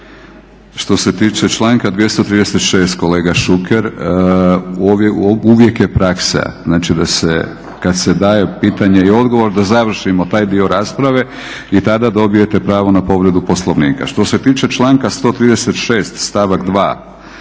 Što se tiče članka 236 kolega Šuker, uvijek je praksa znači da se kada se daje pitanje i odgovor da završimo taj dio rasprave i tada dobijete pravo na povredu Poslovnika. Što se tiče članka 136 stavak 2.